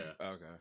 Okay